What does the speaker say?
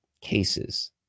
cases